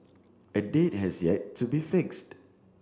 a date has yet to be fixed